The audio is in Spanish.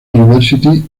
university